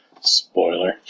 Spoiler